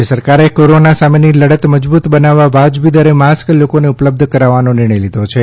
રાજ્ય સરકારે કોરોના સામેની લડત મજબૂત બનાવવા વાજબી દરે માસ્ક લોકોને ઉપલબ્ધ કરાવવાનો નિર્ણય લીધો છે